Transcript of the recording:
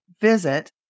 visit